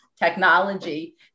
technology